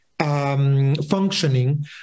Functioning